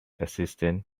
assistant